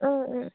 অঁ অঁ